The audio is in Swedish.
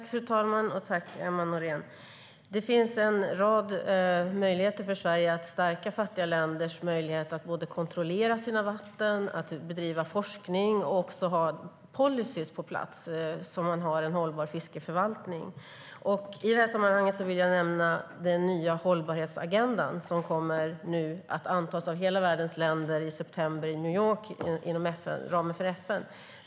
Fru talman! Det finns en rad möjligheter för Sverige att stärka fattiga länders möjligheter att kontrollera sina vatten, att bedriva forskning och också ha policyer på plats för en hållbar fiskeförvaltning. I detta sammanhang vill jag nämna den nya hållbarhetsagenda som nu kommer att antas av hela världens länder i september i New York inom ramen för FN.